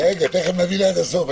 רגע, תכף נבין עד הסוף.